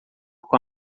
com